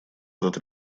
этот